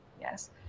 Yes